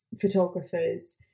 photographers